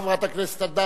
חברת הכנסת אדטו.